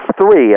three